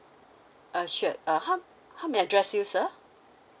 uh sure uh how how may I address you sir